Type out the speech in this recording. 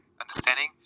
understanding